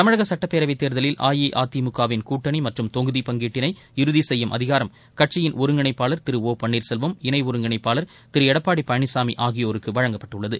தமிழக சட்டப்பேரவைத் தேர்தலில் அஇஅதிமுக வின் கூட்டணி மற்றும் தொகுதி பங்கீட்டினை இறுதி செய்யும் அதிகாரம் கட்சியின் ஒருங்கிணைப்பாளர் திரு ஒ பன்னீர்செல்வம் இணை ஒருங்கிணைப்பாளர் திரு எடப்பாடி பழனிசாமி ஆகியோருக்கு வழங்கப்பட்டுள்ளது